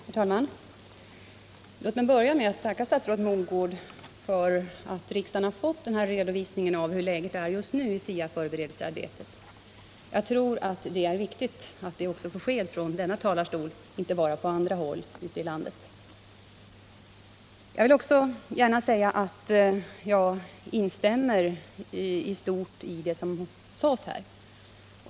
Herr talman! Låt mig börja med att tacka statsrådet Mogård för att riksdagen har fått den här redovisningen av läget just nu i SIA-förberedelsearbetet! Jag tror det är viktigt att det också får ske från denna talarstol och inte bara på andra håll ute i landet. Jag vill också gärna säga att jag i stort instämmer i vad som sades.